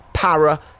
Para